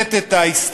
ולתת את ההסתכלות